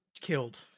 killed